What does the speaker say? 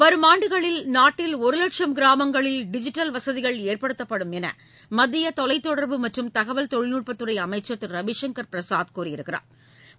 வரும் ஆண்டுகளில் நாட்டில் ஒரு வட்சம் கிராமங்களில் டிஜிட்டல் வசதிகள் ஏற்படுத்தப்படும் என்று மத்திய தொலைதொடா்பு மற்றும் தகவல் தொழில்நுட்பத் துறை அமைச்சள் திரு ரவிசங்கள் பிரசாத் கூறியுள்ளா்